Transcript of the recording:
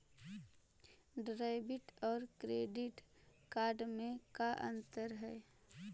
Debit और credit card में का अंतर है?